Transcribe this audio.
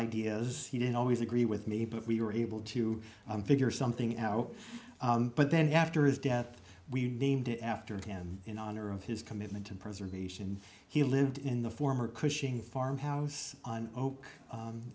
ideas he didn't always agree with me but we were able to figure something out but then after his death we named after him in honor of his commitment to preservation he lived in the former cushing farmhouse on